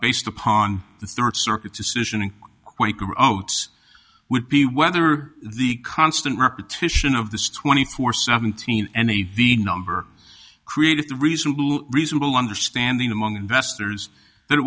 based upon the third circuit decision and quaker oats would be whether the constant repetition of this twenty four seventeen any the number created a reasonable reasonable understanding among investors that it